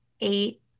eight